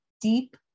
deep